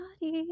body